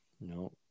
no